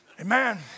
Amen